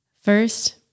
First